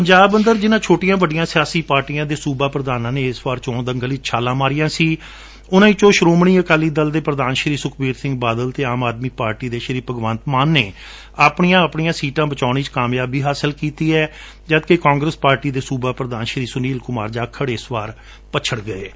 ਪੰਜਾਬ ਅੰਦਰ ਜਿਨਾਂ ਛੋਟੀਆਂ ਵੱਡੀਆਂ ਸਿਆਸੀ ਪਾਰਟੀਆਂ ਦੇ ਸੁਬਾ ਪ੍ਰਧਾਨਾਂ ਨੇ ਇਸ ਵਾਰ ਦੇ ਚੋਣ ਦੰਗਲ ਵਿਚ ਛਾਲਾ ਮਾਰਿਆਂ ਸਨ ਉਨਾਂ ਵਿਚੋਂ ਸ੍ਰੋਮਣੀ ਅਕਾਲੀ ਦਲ ਦੇ ਸੁਖਬੀਰ ਸਿੰਘ ਬਾਦਲ ਅਤੇ ਆਮ ਆਦਮੀ ਪਾਰਟੀ ਦੇ ਭਗਵੰਤ ਮਾਨ ਨੇ ਆਪਣੀਆ ਆਪਣੀਆ ਸੀਟਾ ਬਚਾਊਣ ਵਿਚ ਕਾਮਯਾਬੀ ਹਾਸਲ ਕੀਡੀ ਹੈ ਜਦਕਿ ਕਾਂਗਰਸ ਪਾਰਟੀ ਦੇ ਸੁਬਾ ਪ੍ਰਧਾਨ ਸੁਨੀਲ ਕੁਮਾਰ ਜਾਖੜ ਇਸ ਵਾਰ ਪੱਛੜ ਗਏ ਨੇ